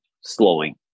slowing